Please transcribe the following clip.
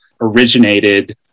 originated